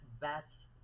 best